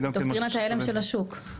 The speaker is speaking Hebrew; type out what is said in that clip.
דוקטרינת ההלם של השוק.